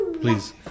please